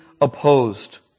opposed